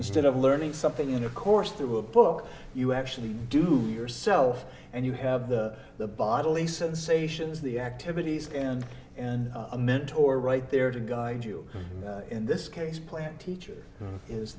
instead of learning something in the course through a book you actually do yourself and you have the bodily sensations the activities and and a mentor right there to guide you in this case plan teacher